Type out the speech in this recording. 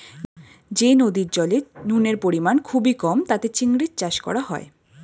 যে নদীর জলে নুনের পরিমাণ খুবই কম তাতে চিংড়ির চাষ করা হয়